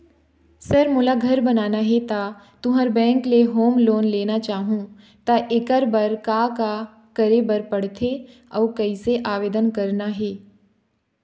Sir मोला घर बनाना हे ता तुंहर बैंक ले होम लोन लेना चाहूँ ता एकर बर का का करे बर पड़थे अउ कइसे आवेदन करना हे?